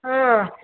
ওহ